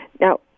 Now